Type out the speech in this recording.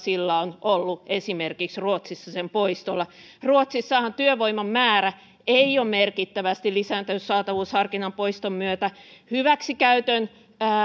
sen poistolla on ollut esimerkiksi ruotsissa ruotsissahan työvoiman määrä ei ole merkittävästi lisääntynyt saatavuusharkinnan poiston myötä hyväksikäytön